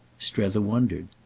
strether wondered.